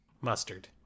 mustard